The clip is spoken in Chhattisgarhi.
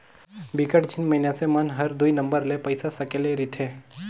बिकट झिन मइनसे मन हर दुई नंबर ले पइसा सकेले रिथे